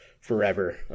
forever